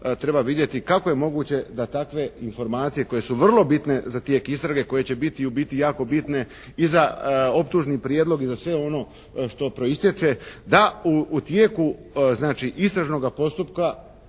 treba vidjeti kako je moguće da takve informacije koje su vrlo bitne za tijek istrage koje će biti i u biti jako bitne i za optužni prijedlog i za sve ono što proistječe, da u tijeku znači istražnoga postupka,